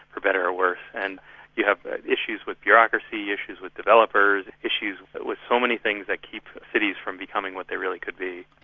for better or worse. and you have issues with bureaucracy, issues with developers, issues but with so many things that keep cities from becoming what they really could be.